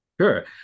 Sure